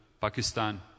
Pakistan